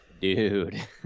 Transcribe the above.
dude